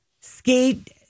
skate